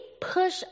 push